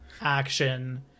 action